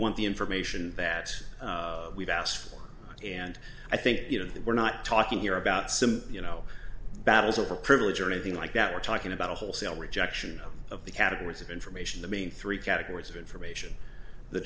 want the information that we've asked for and i think you know that we're not talking here about some you know battles over privilege or anything like that we're talking about a wholesale rejection of the categories of information the main three categories of information the